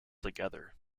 together